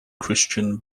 christian